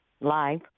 Live